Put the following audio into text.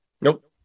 Nope